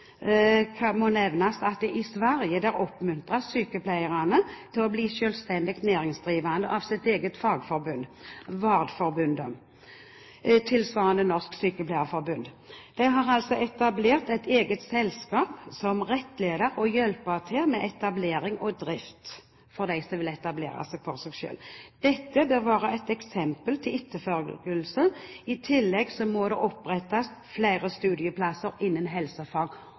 må det nevnes at sykepleierne i Sverige oppmuntres til å bli selvstendig næringsdrivende av sitt eget fagforbund, Vårdförbundet – tilsvarende Norske Sykepleierforbund. De har etablert et eget selskap som rettleder og hjelper til med etablering og drift for dem som vil etablere seg for seg selv. Dette bør være et eksempel til etterfølgelse. I tillegg må det opprettes flere studieplasser innen helsefag,